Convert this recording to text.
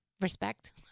respect